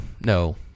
no